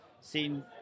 seen